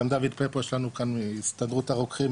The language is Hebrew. גם דויד פפו שלנו כאן מהסתדרות הרוקחים,